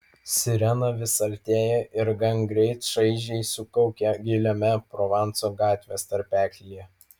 sirena vis artėja ir gangreit šaižiai sukaukia giliame provanso gatvės tarpeklyje